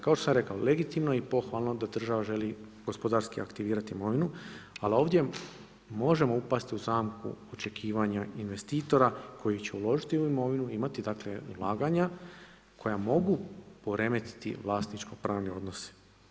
Kao što sam rekao, legitimno i pohvalno, da država želi gospodarski aktivirati imovinu, ali ovdje, možemo upasti u zamku očekivanju investitora koji će uložiti u imovinu, imati dakle, ulaganja, koja mogu poremetiti vlasničko pravni odnos.